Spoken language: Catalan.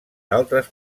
d’altres